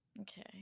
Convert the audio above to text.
Okay